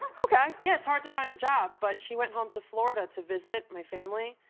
okay. yeah, it's hard to find a job, but she went home to florida to visit my family.